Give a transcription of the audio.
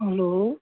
hello